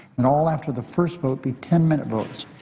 and all after the first vote be ten minutes votes.